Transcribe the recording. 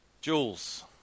Jules